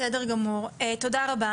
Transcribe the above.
בסדר גמור, תודה רבה.